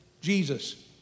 Jesus